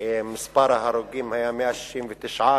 מספר ההרוגים היה 169,